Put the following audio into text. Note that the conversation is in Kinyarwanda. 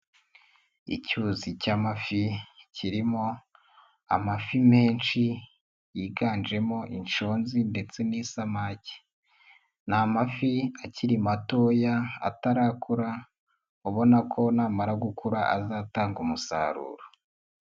Icyuzi cy'amafi kirimo amafi menshi yiganjemo inshonzi ndetse n'isamake, n i amafi akiri matoya atarakura, ubona ko namara gukura azatanga umusaruro.